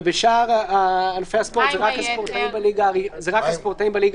ובשאר ענפי הספורט זה רק הספורטאים בליגה הראשונה.